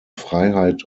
freiheit